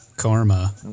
karma